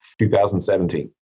2017